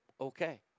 Okay